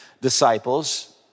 disciples